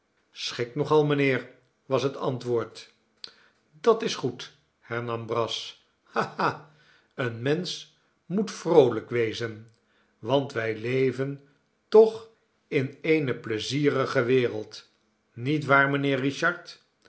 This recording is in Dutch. schikt nog al mijnheer was het antwoord dat is goed hernam brass ha ha een mensch moet vroolijk wezen want wij leven toch in eene pleizierige wereld niet waar mijnheer richard